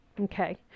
Okay